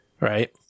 right